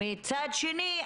מצד שני,